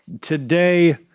Today